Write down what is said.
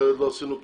אחרת לא עשינו כלום.